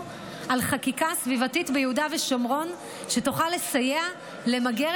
על החקיקה הסביבתית ביהודה ושומרון שתוכל לסייע למגר